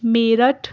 Meerut